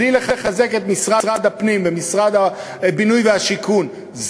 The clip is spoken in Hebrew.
בלי לחזק את משרד הפנים ומשרד הבינוי והשיכון,